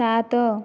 ସାତ